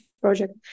project